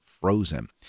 frozen